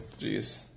Jeez